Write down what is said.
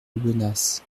aubenas